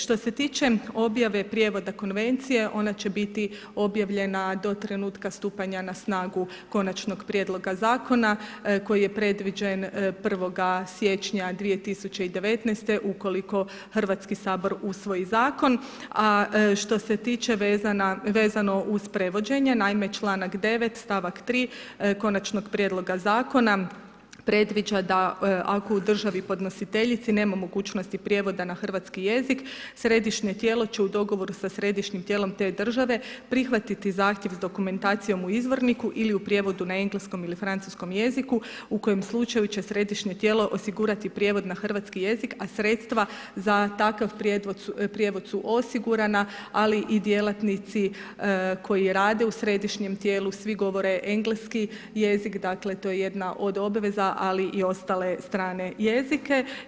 Što se tiče objave prijevoda Konvencije ona će biti objavljena do trenutka stupanja na snagu konačnog prijedloga zakona koji je predviđen 1.siječnja 2019. ukoliko Hrvatski sabor usvoji zakon, a što se tiče vezano uz prevođenje, naime članka 9. stavak 3. konačnog prijedloga zakona predviđa da ako u državni podnositeljici nema mogućnosti prijevoda na hrvatski jezik središnje tijelo će u dogovoru sa središnjim tijelom te države prihvatiti zahtjev s dokumentacijom u izvorniku ili u prijevodu na engleskom ili francuskom jeziku u kojem slučaju će središnje tijelo osigurati prijevod na hrvatski jezik, a sredstva za takav prijevod su osigurana ali i djelatnici koji rade u središnjem tijelu svi govore engleski jezik, dakle to je jedna od obveza, ali i ostale strane jezike.